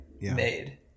made